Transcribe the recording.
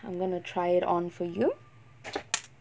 I'm gonna try it on for you